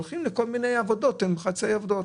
הולכות לכל מיני עבודות בחצאי משרה.